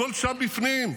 הכול שם בפנים.